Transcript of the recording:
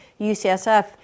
UCSF